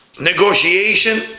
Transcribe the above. negotiation